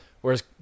Whereas